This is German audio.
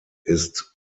ist